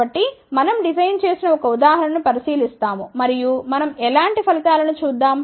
కాబట్టి మనం డిజైన్ చేసిన ఒక ఉదాహరణ ను పరిశీలిస్తాము మరియు మనం ఎలాంటి ఫలితాలనుచూద్దాం